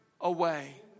away